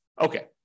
okay